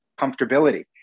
comfortability